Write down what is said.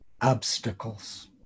obstacles